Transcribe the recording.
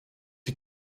die